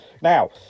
Now